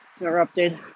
interrupted